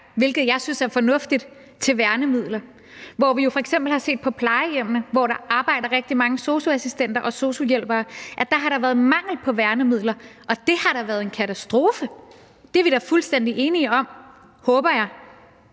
hvilket jeg synes er fornuftigt. Men på f.eks. plejehjemmene, hvor der arbejder rigtig mange sosu-assistenter og sosu-hjælpere, har der været mangel på værnemidler, og det har da været en katastrofe. Det er vi da fuldstændig enige om, håber jeg.